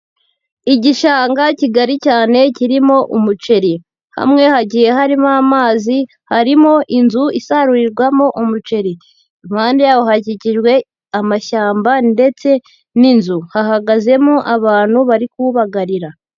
Igishanga kigari cyane kirimo umuceri, hamwe hagiye harimo amazi, harimo inzu isarurirwamo umuceri, iruhande y'aho hakikijwe amashyamba ndetse n'inzu, hahagazemo abantu bari kuwubagarira.